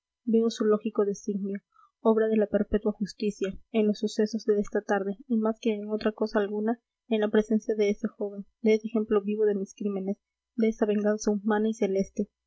veo su lógico designio obra de la perpetua justicia en los sucesos de esta tarde y más que en otra cosa alguna en la presencia de ese joven de ese ejemplo vivo de mis crímenes de esa venganza humana y celeste